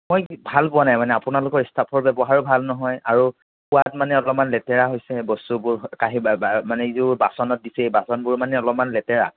মই ভাল পোৱা নাই মানে আপোনালোকৰ ষ্টাফৰ ব্যৱহাৰো ভাল নহয় আৰু খোৱাত মানে অলপমান লেতেৰা হৈছে বস্তুবোৰ কাঁহী যিবোৰ বাচনত দিছে এই বাচনবোৰ মানে অলপমান লেতেৰা